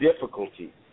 difficulty